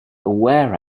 aware